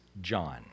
John